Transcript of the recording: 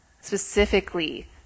specifically